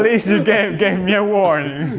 ah gave gave me a warning!